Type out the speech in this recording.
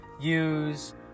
Use